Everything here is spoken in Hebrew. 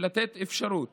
ולתת אפשרות